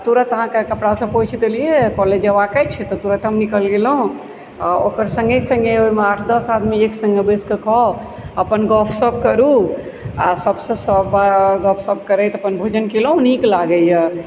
आ तुरत अहाँकेँ कपड़ासंँ पोछि देलिऐ कॉलेज जेबाक अछि तऽ तुरत हम निकल गेलहुँ आ ओकर सङ्गे सङ्गे ओहिमे आठ दश आदमी एक सङ्गे बैसि कऽ खाउ अपन गपसप करूँ आ सबसँ सब गपसप करैत अपन भोजन केलहुँ नीक लागैए